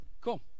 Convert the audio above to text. Cool